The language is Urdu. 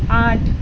آٹھ